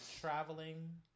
traveling